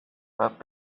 but